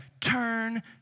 Turn